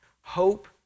Hope